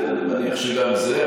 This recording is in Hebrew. כן, אני מניח שגם זה.